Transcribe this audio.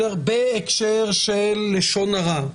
בהקשר של לשון הרע,